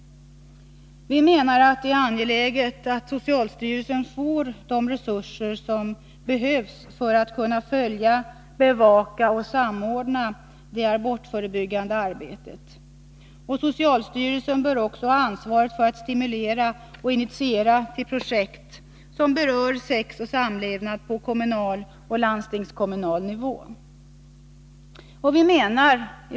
Det är angeläget att socialstyrelsen får de resurser som behövs för att kunna följa, bevaka och samordna det abortförebyggande arbetet. Socialstyrelsen bör också ha ansvar för att stimulera och initiera till projekt på kommunal och landstingskommunal nivå som berör sex och samlevnad.